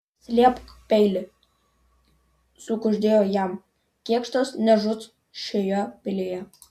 slėpk peilį sukuždėjo jam kėkštas nežus šioje pilyje